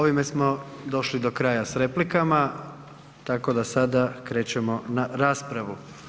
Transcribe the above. Ovime smo došli do kraja s replikama, tako da sada krećemo na raspravu.